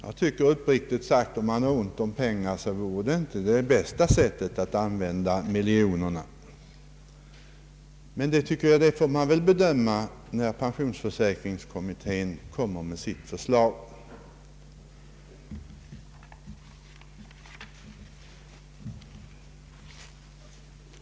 Jag tycker uppriktigt sagt att om man har ont om pengar så är det inte det bästa sättet att använda dem på, men det får man bedöma när pensionsförsäkringskommittén kommer med sitt förslag.